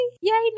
Yay